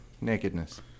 nakedness